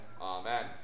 Amen